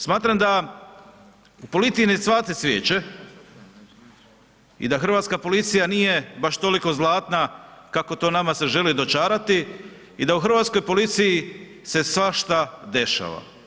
Smatram da u policiji ne cvate cvijeće i da hrvatska policija nije baš toliko zlatna kako to nama se želi dočarati i da u hrvatskoj policiji se svašta dešava.